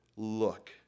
look